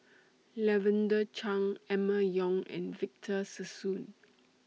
Lavender Chang Emma Yong and Victor Sassoon